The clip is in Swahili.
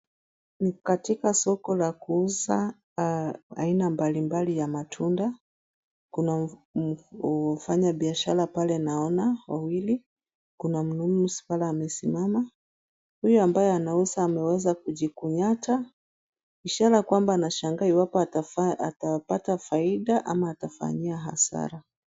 Ni katika soko la kuuza aina mbalimbali ya matunda. Kuna hufanya biashara pale naona wawili. Kuna mnunuzi pale, amesimama. Huyu ambaye anauza ameuza kujikunyata, Ishara kwamba anashangaa iwapo atapata faida ama atafanyia hasara.